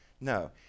No